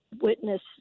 witness